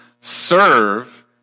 serve